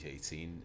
2018